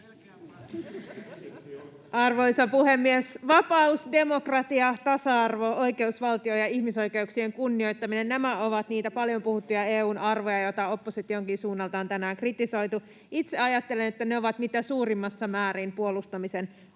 Arvoisa puhemies! Vapaus, demokratia, tasa-arvo, oikeusvaltio ja ihmisoikeuksien kunnioittaminen — nämä ovat niitä paljon puhuttuja EU:n arvoja, joita oppositionkin suunnalta on tänään kritisoitu. Itse ajattelen, että ne ovat mitä suurimmassa määrin puolustamisen arvoisia.